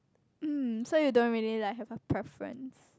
um so you don't really like have a preference